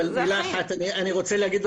אבל מילה אחת אני רוצה להגיד,